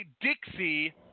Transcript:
Dixie